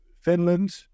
Finland